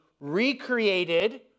Recreated